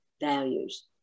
values